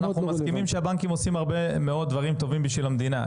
אנחנו מסכימים שהבנקים עושים הרבה מאוד דברים טובים בשביל המדינה.